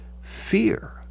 fear